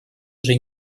уже